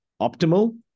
optimal